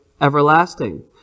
everlasting